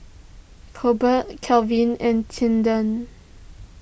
Colbert Calvin and Tilden